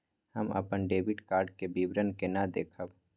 हम अपन debit card के विवरण केना देखब?